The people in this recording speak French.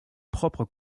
propres